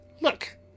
Look